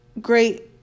great